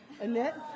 Annette